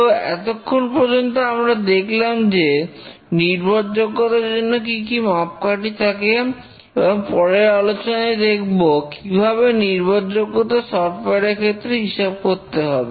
তো এতক্ষণ পর্যন্ত আমরা দেখলাম যে নির্ভরযোগ্যতার জন্য কি কি মাপকাঠি থাকে এবং পরের আলোচনায় দেখবো কিভাবে নির্ভরযোগ্যতা সফটওয়্যার এর ক্ষেত্রে হিসেব করতে হবে